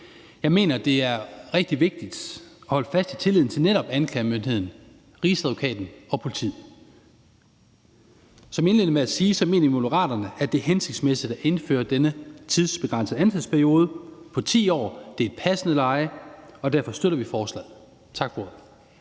Jeg mener, det er rigtig vigtigt at holde fast i tilliden til netop anklagemyndigheden, Rigsadvokaten og politiet. Som jeg indledte med at sige, mener vi i Moderaterne, at det er hensigtsmæssigt at indføre denne tidsbegrænsede ansættelsesperiode på 10 år. Det er et passende leje, og derfor støtter vi forslaget. Tak for ordet.